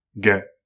get